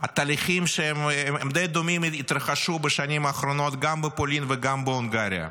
תהליכים די דומים התרחשו בשנים האחרונות גם בפולין וגם בהונגריה,